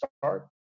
start